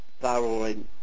thyroid